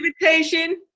invitation